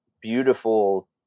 beautiful